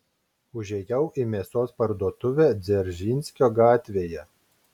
užėjau į mėsos parduotuvę dzeržinskio gatvėje